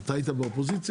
אתה היית אז באופוזיציה?